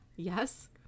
yes